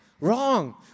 wrong